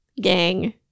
Gang